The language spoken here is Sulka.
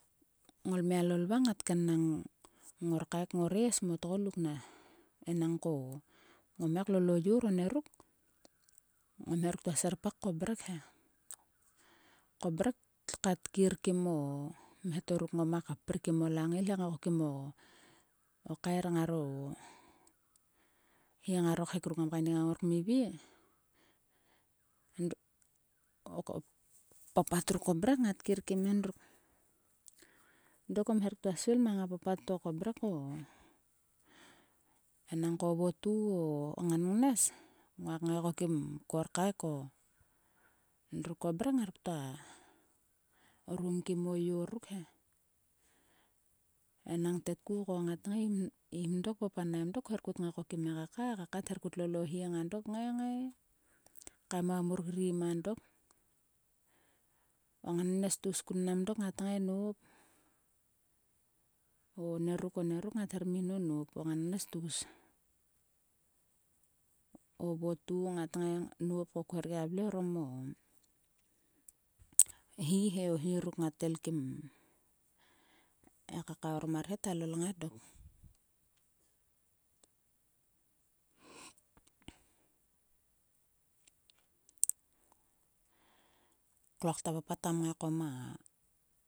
Ngolmialol vang ngat kennang kaek. ngores mo tgoluk na. Enangko ngome klol o yor onieruk. Ngom her ktua serpak ko mrek he. Ko mrek. kat kiir kim o mhetor ruk ngoma prik kim o langail he ngai ko kim o kair ngaro hi ngaro hi ngaro khek ruk ngam kaenik ngang ngor kmivie. o papat ruk ko mrek ngat kir kim endruk. Dok kom her ktua svil ma papat to ko mrek ko. Enangko o votu o nganngnes. Nguak ngai ko kim ko orkaek o. Endruk ko mrek ngar ktua rum kim o yor ruk he. Enang tetku ko ngat ngai im dok papanaem dok. Ko her kut ngai ko kim e kaka. E kaka ther kut lol o hi nga dok ngai. ngai. Tkaem a murgri mang dok. O nganes tigus kun mnam dok ngat ngai nop. Onieruk onieruk ngat her mi nonop. O ngannes tgus. O votu ngat ngai nop ko kher gia vle orom o hi he. O hi ruk ngat elkim e kaka ormar he ta lol nga dok. Kloakta papat kam ngaiko ma.